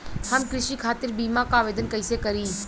हम कृषि खातिर बीमा क आवेदन कइसे करि?